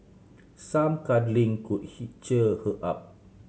some cuddling could he cheer her up